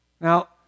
Now